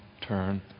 turn